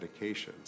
medications